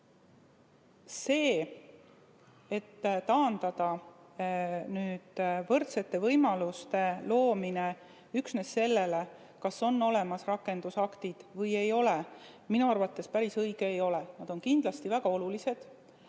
et taandada võrdsete võimaluste loomine üksnes sellele, kas on olemas rakendusaktid või ei ole, minu arvates päris õige ei ole. Samas, need on kindlasti väga olulised.